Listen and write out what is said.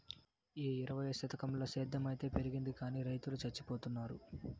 ఈ ఇరవైవ శతకంల సేద్ధం అయితే పెరిగింది గానీ రైతులు చచ్చిపోతున్నారు